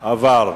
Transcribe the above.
הממשלה, עברה.